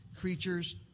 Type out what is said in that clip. creatures